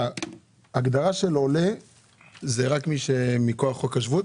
ההגדרה של עולה זה רק מכוח חוק השבות?